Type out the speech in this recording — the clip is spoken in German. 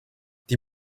die